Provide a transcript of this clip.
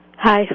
Hi